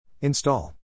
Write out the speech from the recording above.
Install